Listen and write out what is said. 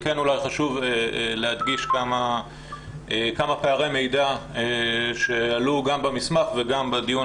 כן חשוב להדגיש כמה פערי מידע שעלו גם במסמך וגם בדיון